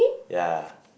ya